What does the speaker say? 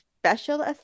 special